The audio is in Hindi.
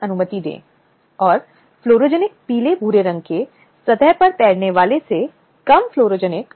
स्लाइड समय देखें 2042 अब एक एक करके अलग अलग वर्गों में जाने के बजाय यह समझना बहुत महत्वपूर्ण है कि इस अधिनियम का उपयोग कैसे किया जाए